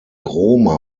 roma